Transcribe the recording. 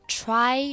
try